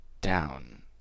down